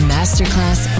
Masterclass